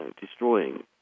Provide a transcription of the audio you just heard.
destroying